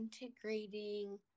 Integrating